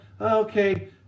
Okay